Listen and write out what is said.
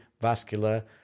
vascular